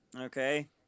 Okay